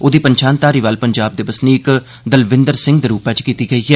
ओहदी पन्छान धारीवाल पंजाब दे बसनीक दलविंदर सिंह दे रूपै च कीती गेई ऐ